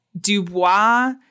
Dubois